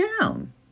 down